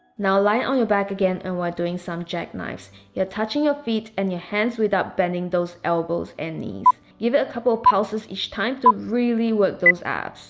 now lie on your back again and while doing some jack knife you're touching your feet and your hands without bending those elbows and knees give it a couple of pulses each time to really work those abs